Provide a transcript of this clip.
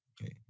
Okay